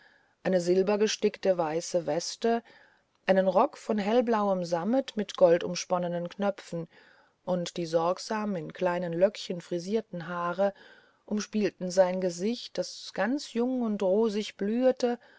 eine silbergestickte weiße weste einen rock von hellblauem sammet mit goldumsponnenen knöpfen und die sorgsam in kleinen löckchen frisierten haare umspielten sein gesicht das ganz jung und rosig blühete